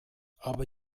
aber